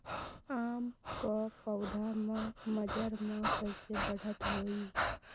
आम क पौधा म मजर म कैसे बढ़त होई?